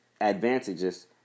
advantages